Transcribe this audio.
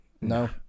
No